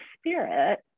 spirit